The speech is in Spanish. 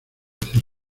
hacer